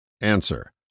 Answer